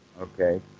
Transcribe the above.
Okay